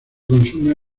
consume